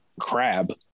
crab